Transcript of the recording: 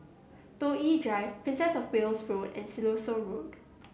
Toh Yi Drive Princess Of Wales Road and Siloso Road